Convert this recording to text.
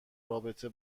رابطه